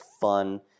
fun